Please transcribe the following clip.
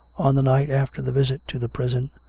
on the night after the visit to the prison,